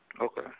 Okay